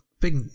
big